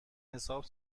حساب